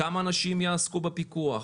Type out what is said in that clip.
כמה אנשים יעסקו בפיקוח,